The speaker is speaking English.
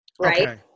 right